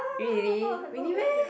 really really meh